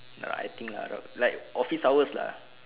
no I think around like office hours lah